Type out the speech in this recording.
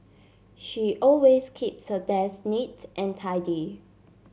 she always keeps her desk neat and tidy